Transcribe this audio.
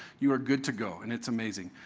you are good to go and it's amazing.